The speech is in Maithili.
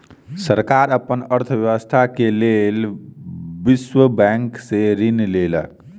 सरकार अपन अर्थव्यवस्था के लेल विश्व बैंक से ऋण लेलक